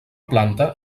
planta